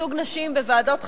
ייצוג נשים בוועדות חקירה,